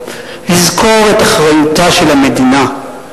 לזכור את אחריותה של המדינה.